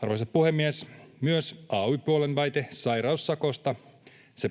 Arvoisa puhemies! Myös ay-puolen väite sairaussakosta